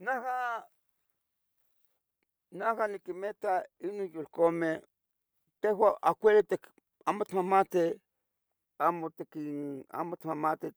Neja neja niquimeta inon yolcameh tejuan amo itmahmateh, amo itmahmatih